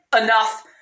enough